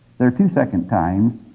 there are two second times.